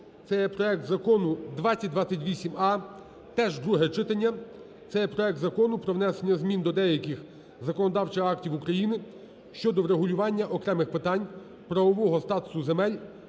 це є проект Закону 2028а, теж друге читання. Це є проект Закону про внесення змін до деяких законодавчих актів України щодо врегулювання окремих питань правового статусу земель